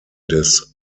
des